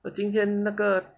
今天那个